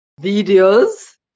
videos